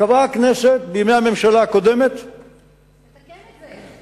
קבעה הכנסת בימי הממשלה הקודמת, תתקן את זה.